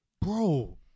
bro